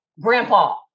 Grandpa